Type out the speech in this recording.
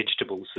vegetables